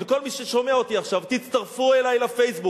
לכל מי ששומע אותי עכשיו: תצטרפו אלי ל"פייסבוק",